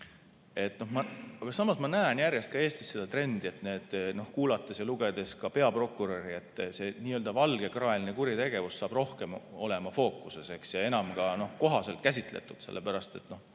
Aga samas ma näen järjest ka Eestis seda trendi, kuulates ja lugedes peaprokuröri, et see n-ö valgekraeline kuritegevus saab rohkem olema fookuses ja enam ka kohaselt käsitletud. Mina ka